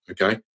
okay